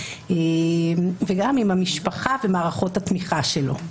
וגם עם המשפחה ומערכות התמיכה שלו.